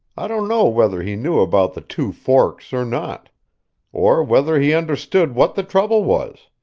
i don't know whether he knew about the two forks, or not or whether he understood what the trouble was.